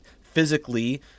physically